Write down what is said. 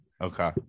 Okay